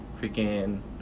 freaking